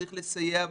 צריך לסייע במיגון,